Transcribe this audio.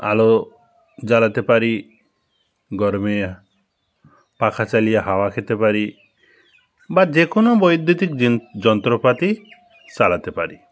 আলো জ্বালাতে পারি গরমে পাখা চালিয়ে হাওয়া খেতে পারি বা যে কোনো বৈদ্যুতিক জিন যন্ত্রপাতি চালাতে পারি